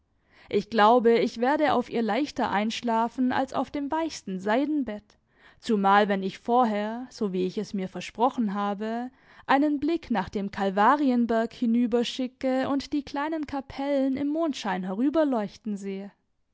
ich glaube ich werde auf ihr leichter einschlafen als auf dem weichsten seidenbett zumal wenn ich vorher so wie ich mir es versprochen habe einen blick nach dem kalvarienberg hinüberschicke und die kleinen kapellen im mondschein herüberleuchten sehe